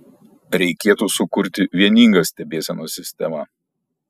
reikėtų sukurti vieningą stebėsenos sistemą